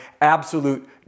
absolute